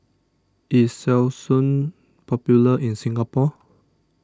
is Selsun popular in Singapore